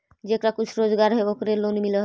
जेकरा कुछ रोजगार है ओकरे लोन मिल है?